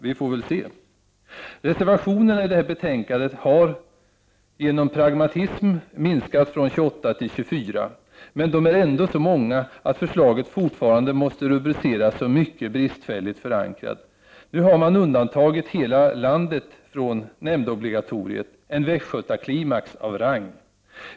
Vi får väl se! Herr talman! Reservationerna i det här betänkandet har genom pragmatism minskat från 28 till 24. Men det är ändå så många att förslaget fortfarande måste rubriceras som mycket bristfälligt förankrat. Nu har man undantagit hela landet från nämndobligatoriet — en västgötaklimax av rang.